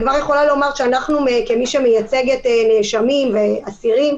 כמי שמייצגת נאשמים ואסירים,